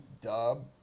Dub